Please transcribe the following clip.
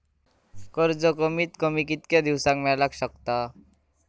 कर्ज कमीत कमी कितक्या दिवसात मेलक शकता?